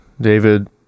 David